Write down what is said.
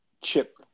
chip